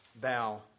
bow